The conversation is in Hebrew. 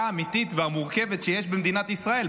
האמיתית והמורכבת שיש במדינת ישראל.